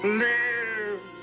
live